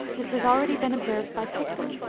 this has already been observed by pictet,